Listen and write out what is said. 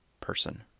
person